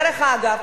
דרך אגב,